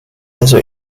also